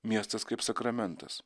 miestas kaip sakramentas